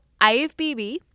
IFBB